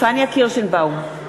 פניה קירשנבאום,